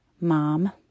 mom